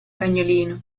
cagnolino